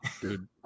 Dude